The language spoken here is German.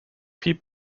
viel